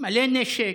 מלא נשק.